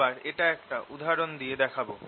আবার এটা একটা উদাহরণ দিয়ে দেখাবো